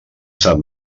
sap